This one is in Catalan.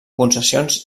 concessions